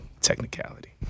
Technicality